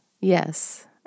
Yes